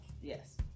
Yes